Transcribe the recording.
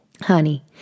honey